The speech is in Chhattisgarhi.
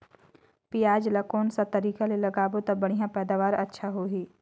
पियाज ला कोन सा तरीका ले लगाबो ता बढ़िया पैदावार अच्छा होही?